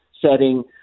setting